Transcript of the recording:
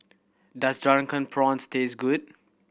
does Drunken Prawns taste good